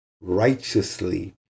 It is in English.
righteously